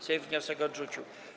Sejm wniosek odrzucił.